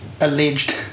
alleged